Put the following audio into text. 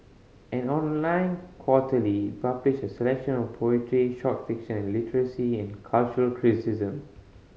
an online quarterly publishes a selection of poetry short fiction and literary and cultural criticism